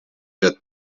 wird